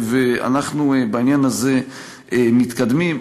אנחנו בעניין הזה מתקדמים.